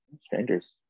strangers